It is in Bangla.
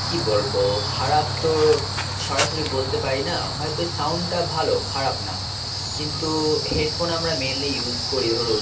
কী বলবো খারাপ তো সরাসরি বলতে পারি না হয়তো সাউন্ডটা ভালো খারাপ না কিন্তু হেডফোন আমরা মেনলি ইউজ করি ধরুন